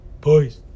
boys